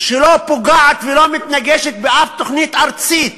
שלא פוגעת ולא מתנגשת באף תוכנית ארצית,